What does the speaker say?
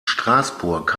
straßburg